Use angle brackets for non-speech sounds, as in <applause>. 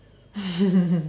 <laughs>